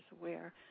aware